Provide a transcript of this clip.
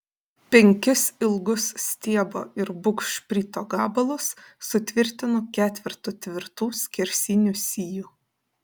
penkis ilgus stiebo ir bugšprito gabalus sutvirtinu ketvertu tvirtų skersinių sijų